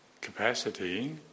capacity